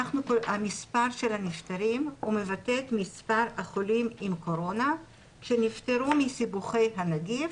מס' הנפטרים מבטא את מס' החולים עם קורונה שנפטרו מסיבוכי הנגיף,